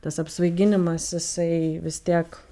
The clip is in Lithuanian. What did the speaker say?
tas apsvaiginimas jisai vis tiek